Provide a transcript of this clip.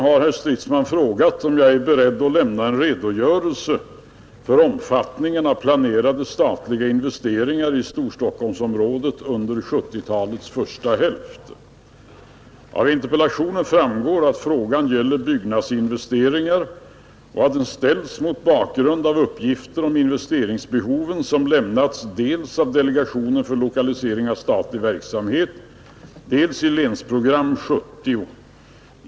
Herr Stridsman har frågat mig om jag är beredd att lämna en redogörelse för omfattningen av planerade statliga investeringar i Storstockholmsområdet under 1970-talets första hälft. Av interpellationen framgår att frågan gäller byggnadsinvesteringar och att den ställts mot bakgrund av uppgifter om investeringsbehoven som lämnats dels i betänkande av delegationen för lokalisering av statlig verksamhet, dels i Länsprogram 1970.